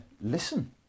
listen